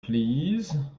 please